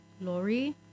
Lori